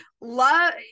love